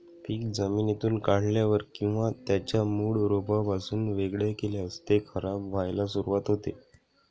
पीक जमिनीतून काढल्यावर किंवा त्याच्या मूळ रोपापासून वेगळे केल्यास ते खराब व्हायला सुरुवात होते